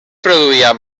produïa